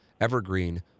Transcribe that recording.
Evergreen